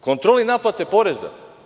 Kontrola naplate poreza?